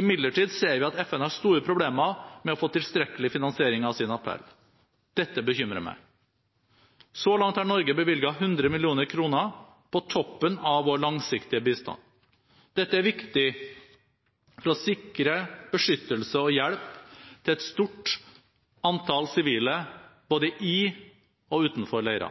Imidlertid ser vi at FN har store problemer med å få tilstrekkelig finansiering av sin appell. Dette bekymrer meg. Så langt har Norge bevilget 100 mill. kr på toppen av vår langsiktige bistand. Dette er viktig for å sikre beskyttelse og hjelp til et stort antall sivile både i og utenfor leire,